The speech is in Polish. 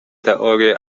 teorię